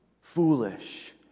foolish